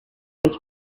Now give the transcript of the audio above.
was